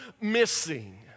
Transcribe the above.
missing